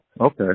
okay